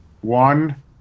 one